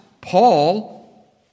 Paul